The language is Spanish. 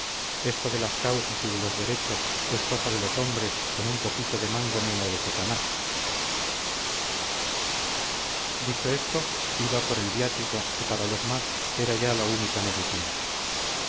esto de las causas y de los derechos es cosa de los hombres con un poquito de mangoneo de satanás dicho esto iba por el viático que para los más era ya la única medicina